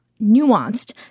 nuanced